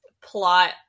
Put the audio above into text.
plot